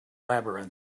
labyrinth